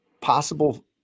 possible